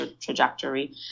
trajectory